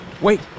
Wait